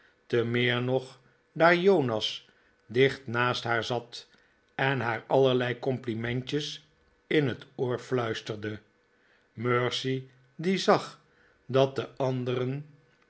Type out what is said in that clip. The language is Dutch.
te meer nog daar jonas dicht naast haar zat en haar allerlei complimentjes in het oor fluisterde mercy die zag dat de anderen